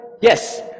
Yes